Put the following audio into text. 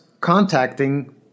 contacting